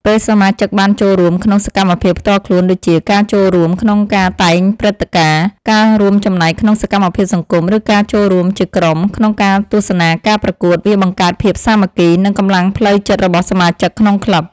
ពេលសមាជិកបានចូលរួមក្នុងសកម្មភាពផ្ទាល់ខ្លួន ដូចជា ការចូលរួមក្នុងការតែងព្រឹត្តិការណ៍ ការរួមចំណែកក្នុងសកម្មភាពសង្គម ឬការចូលរួមជាក្រុមក្នុងការទស្សនាការប្រកួត វាបង្កើតភាពសាមគ្គី និងកម្លាំងផ្លូវចិត្តរបស់សមាជិកក្នុងក្លឹប។